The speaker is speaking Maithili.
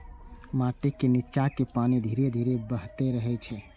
माटिक निच्चाक पानि धीरे धीरे बहैत रहै छै